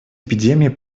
эпидемией